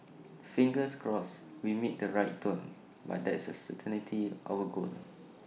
fingers crossed we meet the right tone but that's certainly our goal